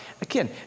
again